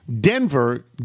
Denver